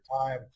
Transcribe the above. time